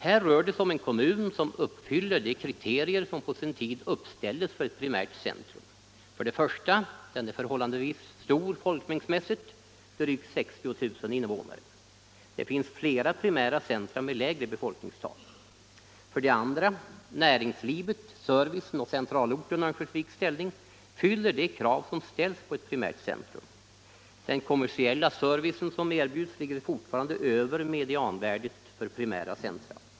Här rör det sig om en kommun som uppfyller de kriterier som på sin tid uppställdes för ett primärt centrum. 1. Den är förhållandevis stor folkmängdsmässigt, drygt 60 000 invånare. Det finns flera primära centra med lägre befolkningstal. 2. Näringslivet, servicen och centralorten Örnsköldsviks ställning fyller de krav som ställs på ett primärt centrum. Den kommersiella servicen som erbjuds ligger fortfarande över medianvärdet för primära centra.